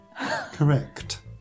correct